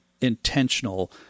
intentional